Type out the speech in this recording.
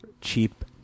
Cheap